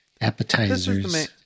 appetizers